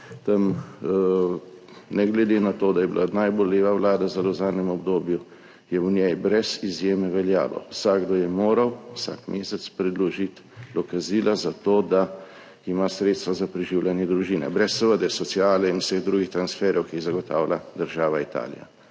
tam, ne glede na to, da je bila najbolj leva vlada zdaj v zadnjem obdobju, je v njej brez izjeme veljalo, vsakdo je moral vsak mesec predložiti dokazila za to, da ima sredstva za preživljanje družine, seveda brez sociale in vseh drugih transferjev, ki jih zagotavlja država Italija.